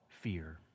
fear